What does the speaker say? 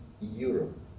Europe